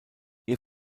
ihr